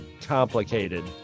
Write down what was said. complicated